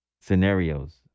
scenarios